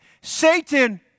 Satan